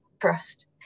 trust